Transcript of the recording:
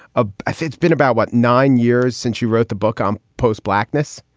ah i think it's been about, what, nine years since you wrote the book on post-blackness.